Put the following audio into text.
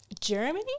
Germany